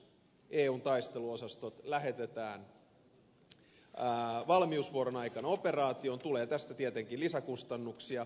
jos eun taisteluosastot lähetetään valmiusvuoron aikana operaatioon tulee tästä tietenkin lisäkustannuksia